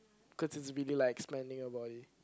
cause it's really like expanding your body